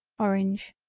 orange.